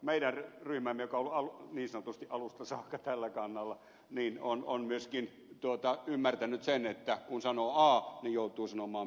meidän ryhmämme joka on ollut niin sanotusti alusta saakka tällä kannalla on myöskin ymmärtänyt sen että kun sanoo a niin joutuu sanomaan myöskin b